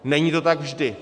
Není to tak vždy.